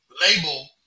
label